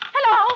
Hello